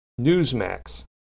Newsmax